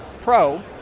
Pro